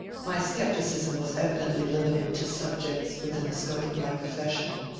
my scepticism was evidently limited to subjects within the scope of my profession.